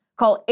Call